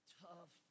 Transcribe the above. tough